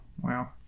Wow